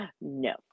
no